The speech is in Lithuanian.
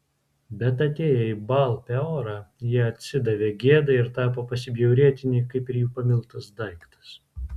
bet atėję į baal peorą jie atsidavė gėdai ir tapo pasibjaurėtini kaip ir jų pamiltas daiktas